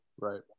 Right